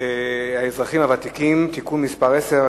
האזרחים הוותיקים (תיקון מס' 10),